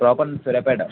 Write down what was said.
proper Suryapet